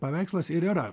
paveikslas ir yra